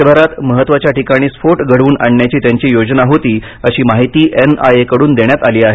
देशभरात विविध महत्वाच्या ठिकाणी स्फोट घडवून आणण्याची त्यांची योजना होती अशी माहिती एन आय ए कडून देण्यात आली आहे